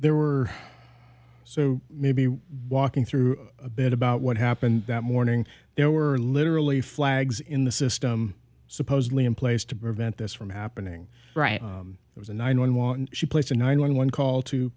there were so may be walking through a bit about what happened that morning there were literally flags in the system supposedly in place to prevent this from happening it was a nine one one she placed a nine one one call to